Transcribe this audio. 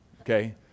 okay